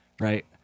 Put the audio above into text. right